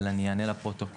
אבל אני אענה לפרוטוקול: